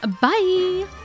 bye